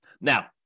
Now